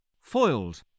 Foiled